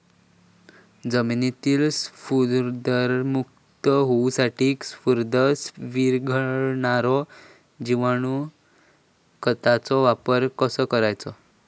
जमिनीतील स्फुदरमुक्त होऊसाठीक स्फुदर वीरघळनारो जिवाणू खताचो वापर कसो करायचो?